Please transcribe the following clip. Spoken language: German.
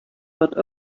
wird